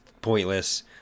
pointless